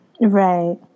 Right